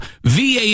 VA